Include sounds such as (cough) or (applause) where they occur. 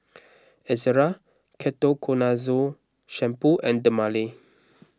(noise) Ezerra Ketoconazole Shampoo and Dermale